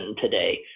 today